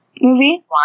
movie